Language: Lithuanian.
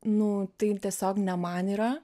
nu tai tiesiog ne man yra